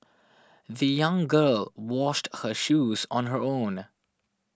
the young girl washed her shoes on her own